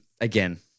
again